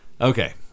Okay